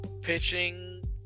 pitching